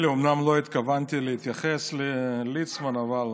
אלי, אומנם לא התכוונתי להתייחס אל ליצמן, אבל